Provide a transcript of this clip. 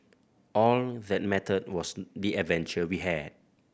all that mattered was the adventure we had